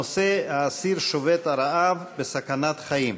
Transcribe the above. הנושא: האסיר שובת הרעב בסכנת חיים.